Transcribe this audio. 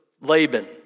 Laban